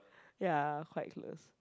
ya quite close